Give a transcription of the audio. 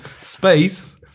space